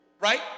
Right